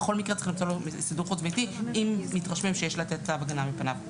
בכל מקרה צריך להיות סידור חוץ ביתי אם מתרשמים שיש לתת צו הגנה של